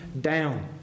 down